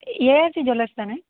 ARC jewellers தானே